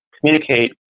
communicate